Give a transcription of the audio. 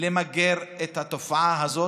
למגר את התופעה הזאת,